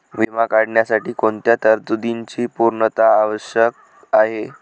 विमा काढण्यासाठी कोणत्या तरतूदींची पूर्णता आवश्यक आहे?